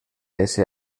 ese